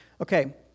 Okay